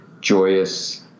joyous